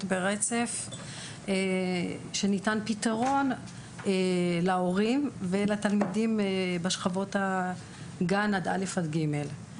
ברצף כשניתן פתרון להורים ולתלמידים בשכבות גן עד ג' .